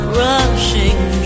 rushing